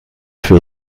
für